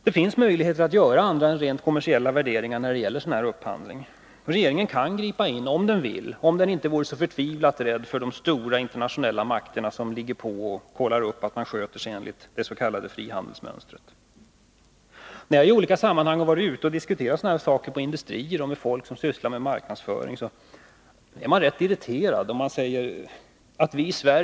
Det finns möjligheter att göra andra än rent kommersiella värderingar när det gäller offentlig upphandling. Regeringen kunde ha gripit in, om den velat — om den inte varit så förtvivlat rädd för de stora internationella makterna, som ligger på och kollar att man sköter sig enligt det s.k. frihandelsmönstret. När jag i olika sammanhang varit ute på industrier och diskuterat sådana här saker med folk som sysslar med marknadsföring har jag märkt att man där är rätt irriterad.